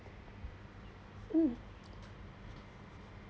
mm